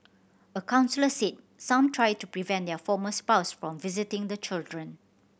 a counsellor said some try to prevent their former spouse from visiting the children